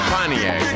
Pontiac